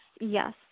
Yes